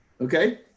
okay